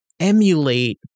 emulate